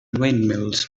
windmills